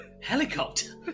helicopter